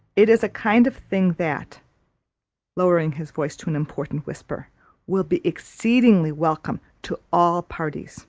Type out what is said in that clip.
it is a kind of thing that lowering his voice to an important whisper will be exceedingly welcome to all parties